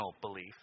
belief